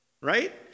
right